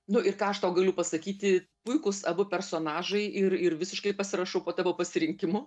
nu ir ką aš tau galiu pasakyti puikūs abu personažai ir ir visiškai pasirašau po tavo pasirinkimu